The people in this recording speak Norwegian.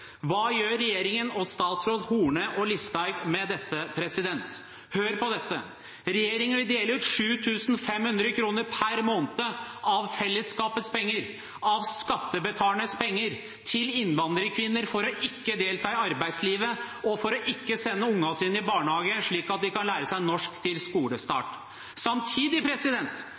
Hva gjør regjeringen og statsrådene Horne og Listhaug med det? Hør på dette: Regjeringen vil dele ut 7 500 kr per måned av fellesskapets penger, av skattebetalernes penger, til innvandrerkvinner for ikke å delta i arbeidslivet og for ikke å sende ungene sine i barnehagen slik at de kan lære seg norsk til skolestart. Samtidig